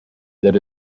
that